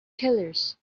killers